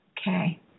Okay